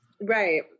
Right